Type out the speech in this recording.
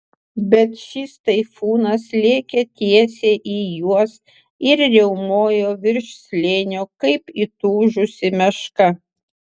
bet šis taifūnas lėkė tiesiai į juos ir riaumojo virš slėnio kaip įtūžusi meška